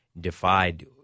defied